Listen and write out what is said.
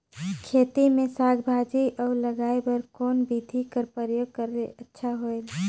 खेती मे साक भाजी ल उगाय बर कोन बिधी कर प्रयोग करले अच्छा होयल?